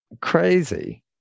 crazy